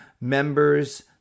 Members